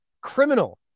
criminal